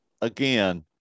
again